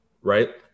right